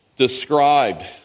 described